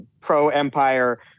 pro-empire